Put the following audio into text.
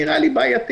זה נקרא לי בעייתי,